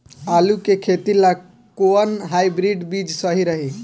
आलू के खेती ला कोवन हाइब्रिड बीज सही रही?